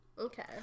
Okay